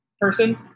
person